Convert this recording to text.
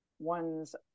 one's